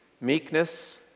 meekness